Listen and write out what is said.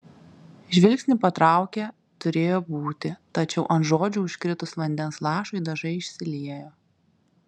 žvilgsnį patraukė turėjo būti tačiau ant žodžių užkritus vandens lašui dažai išsiliejo